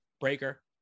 Breaker